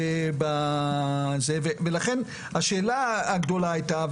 ולכן השאלה הגדולה היתה,